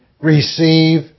receive